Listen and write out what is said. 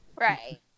Right